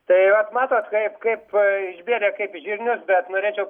tai vat matot kaip kaip išbėrė kaip žirnius bet norėčiau